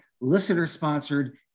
listener-sponsored